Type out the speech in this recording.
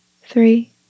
three